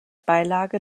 beilage